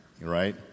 right